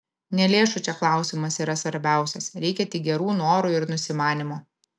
ne lėšų čia klausimas yra svarbiausias reikia tik gerų norų ir nusimanymo